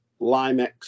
Limex